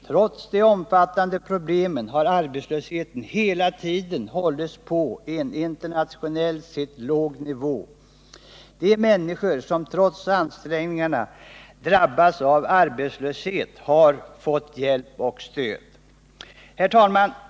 Trots de omfattande problemen har arbetslösheten hela tiden hållits på en internationellt sett låg nivå. De människor som trots ansträngningarna drabbats av arbetslöshet har fått hjälp och stöd. Herr talman!